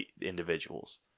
individuals